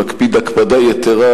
מקפיד הקפדה יתירה,